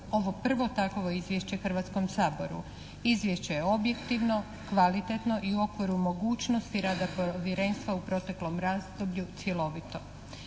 ovo prvo takovo izvješće Hrvatskom saboru. Izvješće je objektivno, kvalitetno i u okviru mogućnosti rada Povjerenstva u proteklom razdoblju cjelovito.